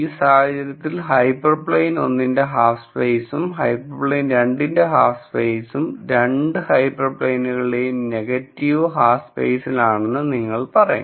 ഈ സാഹചര്യത്തിൽ ഹൈപ്പർപ്ലെയ്ൻ 1 ന്റെ ഹാഫ് സ്പേസും ഹൈപ്പർപ്ലെയ്ൻ 2 ന്റെ ഹാഫ് സ്പേസും രണ്ട് ഹൈപ്പർപ്ലെയ്നുകളുടെയും നെഗറ്റീവ് ഹാഫ് സ്പേസിലാണെന്ന് നിങ്ങൾ പറയും